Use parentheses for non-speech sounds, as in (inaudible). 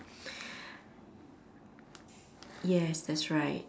(breath) yes that's right